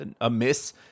amiss